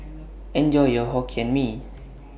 Enjoy your Hokkien Mee